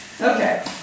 Okay